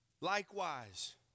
likewise